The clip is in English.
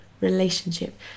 relationship